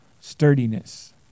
sturdiness